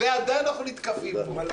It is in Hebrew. ועדיין אנחנו נתקפים.